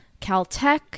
Caltech